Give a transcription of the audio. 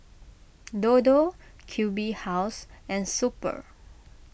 Dodo Q B House and Super